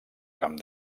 camp